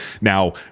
Now